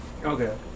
Okay